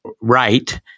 right